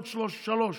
עוד שלושה,